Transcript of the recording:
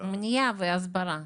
מניעה והסברה.